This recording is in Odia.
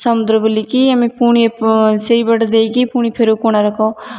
ସମୁଦ୍ର ବୁଲିକି ଆମେ ପୁଣି ସେଇବାଟ ଦେଇକି ପୁଣି ଫେରୁ କୋଣାର୍କ